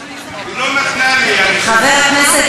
מאמינים בך ומאמינים בממשלה.